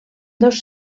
dos